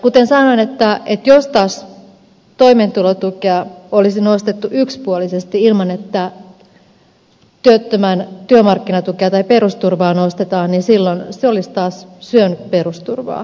kuten sanoin jos taas toimeentulotukea olisi nostettu yksipuolisesti ilman että työttömän työmarkkinatukea tai perusturvaa nostetaan niin silloin se olisi taas syönyt perusturvaa ja se ei ole tarkoitus